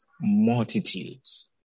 multitudes